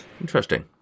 Interesting